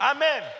Amen